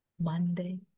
Monday